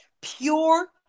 pure